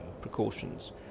precautions